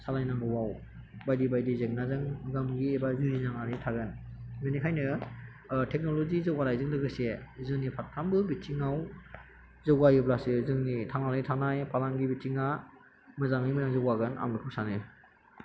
सालायनांगौआव बायदि बायदि जेंनाजों मोगा मोगि एबा जुजिनांनानै थागोन बेनिखायनो टेक्नलजि जौगानायजों लोगोसे जोंनि फारफ्रोमबो बिथिङाव जौगायोब्लासो जोंनि थांनानै थानाय फालांगि बिथिङा मोजाङै मोजां जौगागोन आं बेखौ सानो